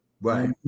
Right